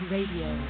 Radio